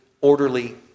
orderly